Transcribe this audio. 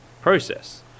process